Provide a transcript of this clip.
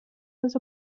was